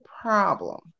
problem